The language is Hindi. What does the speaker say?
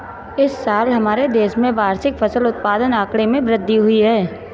इस साल हमारे देश में वार्षिक फसल उत्पादन आंकड़े में वृद्धि हुई है